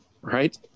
Right